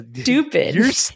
stupid